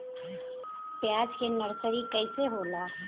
प्याज के नर्सरी कइसे होला?